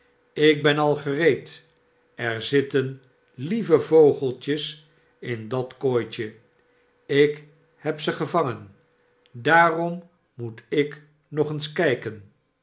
ik ben al gereed er zitten lieve vogeltjes in dat kooitje ik heb ze gevangen daarom moet ik nog eens kijken